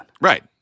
Right